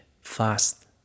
fast